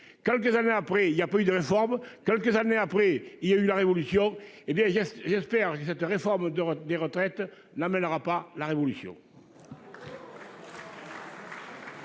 Quelques années après, il y a pas eu de réforme. Quelques années après, il y a eu la révolution. Eh bien il a j'espère que cette réforme de des retraites n'amènera pas la révolution.